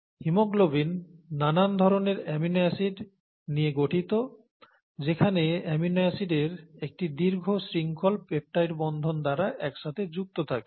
haemoglobin নানান ধরনের amino acid নিয়ে গঠিত যেখানে অ্যামিনো অ্যাসিডের একটি দীর্ঘ শৃংখল পেপটাইড বন্ধন দ্বারা একসাথে যুক্ত থাকে